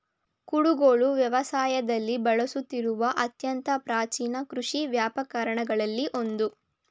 ಕುಡುಗೋಲು ವ್ಯವಸಾಯದಲ್ಲಿ ಬಳಸುತ್ತಿರುವ ಅತ್ಯಂತ ಪ್ರಾಚೀನ ಕೃಷಿ ಉಪಕರಣಗಳಲ್ಲಿ ಒಂದು